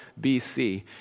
BC